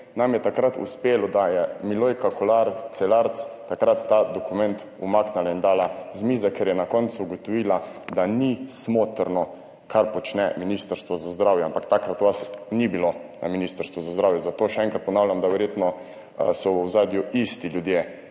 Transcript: Nam je takrat uspelo, da je Milojka Kolar Celarc ta dokument umaknila in dala z mize, ker je na koncu ugotovila, da ni smotrno, kar počne Ministrstvo za zdravje, ampak takrat vas ni bilo na Ministrstvu za zdravje, zato še enkrat ponavljam, da so verjetno v ozadju isti ljudje